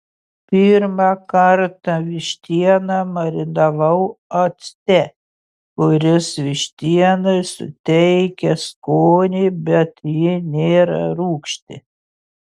pirmą kartą vištieną marinavau acte kuris vištienai suteikia skonį bet ji nėra rūgšti